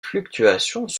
fluctuations